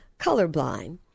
colorblind